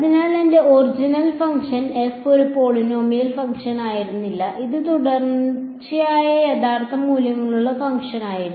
അതിനാൽ എന്റെ original function F ഒരു പോളിനോമിയൽ ഫംഗ്ഷൻ ആയിരുന്നില്ല അത് തുടർച്ചയായ യഥാർത്ഥ മൂല്യമുള്ള ഫംഗ്ഷനായിരുന്നു